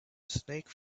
snake